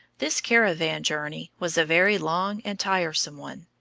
this caravan journey was a very long and tiresome one.